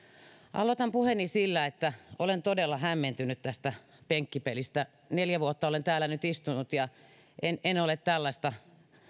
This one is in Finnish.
aloitan puheeni sillä että olen todella hämmentynyt tästä penkkipelistä neljä vuotta olen täällä nyt istunut ja en en ole tällaista